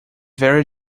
very